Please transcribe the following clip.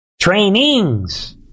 trainings